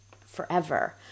forever